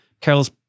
Carol's